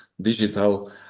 digital